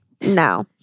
No